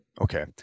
Okay